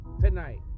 tonight